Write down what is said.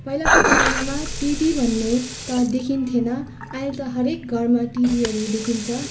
पहिलाको जमानामा टिभी भन्ने त देखिन्थेन अहिले त हरएक घरमा टिभीहरू देखिन्छ